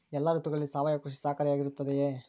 ಎಲ್ಲ ಋತುಗಳಲ್ಲಿ ಸಾವಯವ ಕೃಷಿ ಸಹಕಾರಿಯಾಗಿರುತ್ತದೆಯೇ?